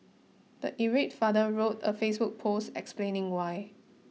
the irate father wrote a Facebook post explaining why